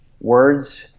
words